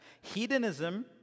Hedonism